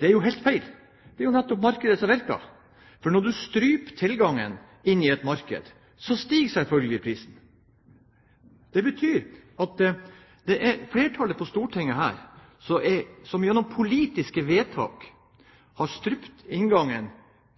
Det er jo helt feil. Det er jo nettopp markedet som virker. For når man struper tilgangen til et marked, stiger selvfølgelig prisen. Det betyr at det er flertallet her på Stortinget som gjennom politiske vedtak har strupt inngangen